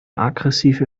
aggressive